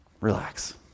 Relax